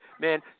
man